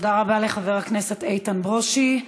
תודה רבה לחבר הכנסת איתן ברושי.